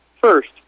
First